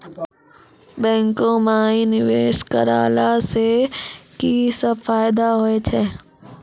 बैंको माई निवेश कराला से की सब फ़ायदा हो छै?